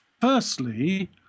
firstly